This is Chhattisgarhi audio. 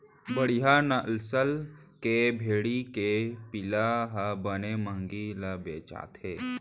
बड़िहा नसल के भेड़ी के पिला ह बने महंगी म बेचाथे